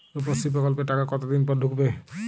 রুপশ্রী প্রকল্পের টাকা কতদিন পর ঢুকবে?